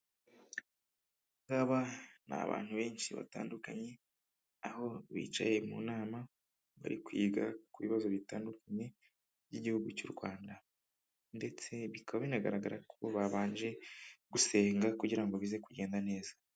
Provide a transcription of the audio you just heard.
Aba ngaba ni abantu benshi batandukanye, aho bicaye mu nama bari kwiga ku bibazo bitandukanye by'igihugu cy'u Rwanda ndetse bikaba binagaragara ko babanje gusenga kugira ngo bize kugenda neza.